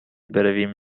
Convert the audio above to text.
برویم